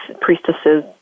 priestesses